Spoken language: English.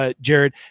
Jared